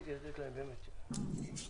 בבקשה.